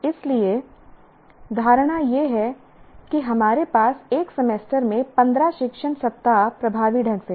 इसलिए धारणा यह है कि हमारे पास एक सेमेस्टर में 15 शिक्षण सप्ताह प्रभावी ढंग से हैं